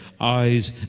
eyes